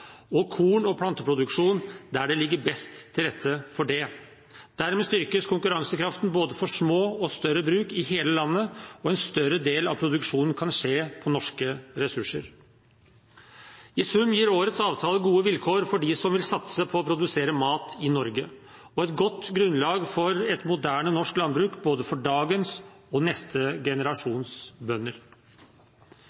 og korn- og planteproduksjon der det ligger best til rette for det. Dermed styrkes konkurransekraften både for små og større bruk i hele landet, og en større del av produksjonen kan skje med norske ressurser. I sum gir årets avtale gode vilkår for dem som vil satse på å produsere mat i Norge, og et godt grunnlag for et moderne norsk landbruk for både dagens og neste